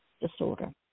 disorder